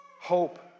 Hope